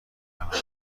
برآورده